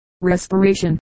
respiration